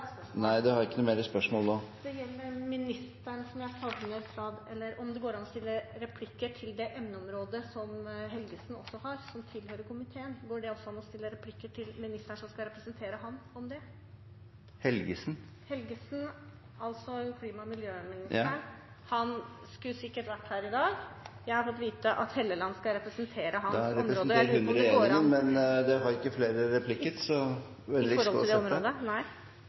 Nei, representanten har ikke flere spørsmål nå. Det gjelder om det går an å ta replikk på det emneområdet som Helgesen også har, som tilhører komiteen. Går det også an å stille spørsmål til ministeren som skal representere ham, om det? Statsråd Helgesen? Ja, klima- og miljøministeren. Han skulle sikkert vært her i dag. Jeg har fått vite at Helleland skal representere ham. Da representerer hun regjeringen, men representanten har ikke flere replikker, så